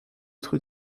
être